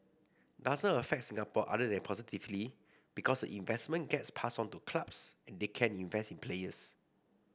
doesn't affect Singapore other than positively because investment gets passed on to clubs and they can invest in players